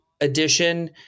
edition